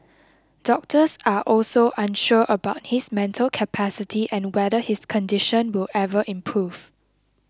doctors are also unsure about his mental capacity and whether his condition will ever improve